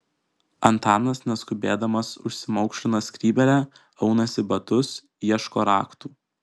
antanas neskubėdamas užsimaukšlina skrybėlę aunasi batus ieško raktų